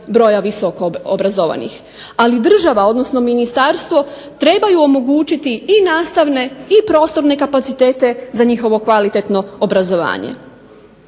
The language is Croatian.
broj visokoobrazovanih, ali država odnosno ministarstvo trebaju omogućiti i nastavne i prostorne kapacitete za njihovo kvalitetno obrazovanje.